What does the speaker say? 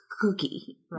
Cookie